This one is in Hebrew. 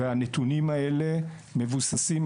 והם מבוססים,